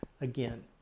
Again